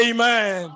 Amen